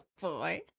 boy